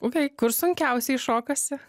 okei kur sunkiausiai šokasi